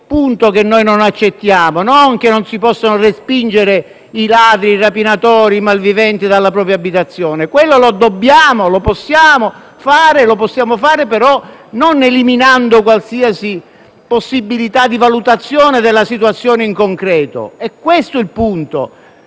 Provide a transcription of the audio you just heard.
il punto che non accettiamo, non che si possano respingere i ladri, i rapinatori e i malviventi dalla propria abitazione: quello lo dobbiamo e lo possiamo fare, senza però eliminare ogni possibilità di valutazione della situazione in concreto. È questo il punto.